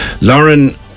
lauren